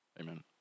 Amen